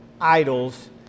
idols